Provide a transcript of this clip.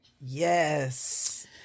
Yes